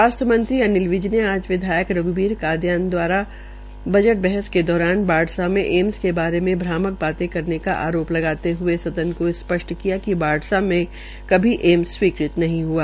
स्वास्थ्य मंत्री अनिल विज ने आज विधायक रध्वीर कादयान द्वारा बजट बहस के दौरान बाढ़सा में एम्स के बारे में भ्रामक बाते करने का आरोप लगाते हये सदन को स्पष्ट किया कि बाढ़सा में कभी एम्स स्वीकृत नहीं हआ